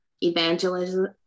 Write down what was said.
evangelism